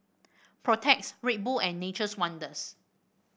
Protex Red Bull and Nature's Wonders